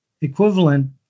equivalent